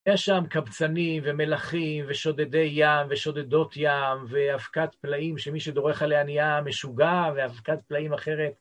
יש שם קבצנים ומלכים ושודדי ים ושודדות ים ואבקת פלאים שמי שדורך עליה יהיה משוגע ואבקת פלאים אחרת.